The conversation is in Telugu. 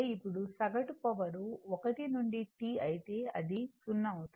ఇప్పుడు సగటు పవర్ 1 నుండి T అయితే అది 0 అవుతుంది